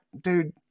dude